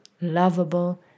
lovable